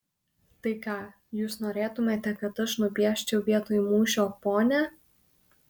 tai ką jūs norėtumėte kad aš nupieščiau vietoj mūšio ponia